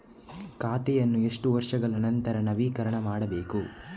ಖಾತೆಯನ್ನು ಎಷ್ಟು ವರ್ಷಗಳ ನಂತರ ನವೀಕರಣ ಮಾಡಬೇಕು?